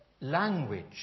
language